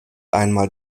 einmal